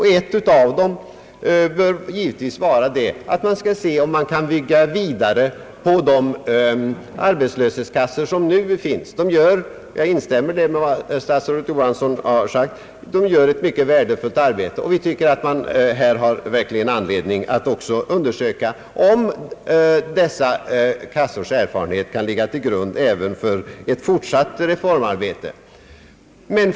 Ett alternativ bör givetvis vara att bygga vidare på de arbetslöshetskassor som nu finns. Dessa kassor utför — jag instämmer i vad statsrådet Johansson har sagt — ett mycket värdefullt arbete. Man har här verkligen anledning att undersöka om inte dessa kassors erfarenhet kan ligga till grund även för ett fortsatt reformarbete.